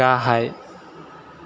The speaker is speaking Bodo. गाहाय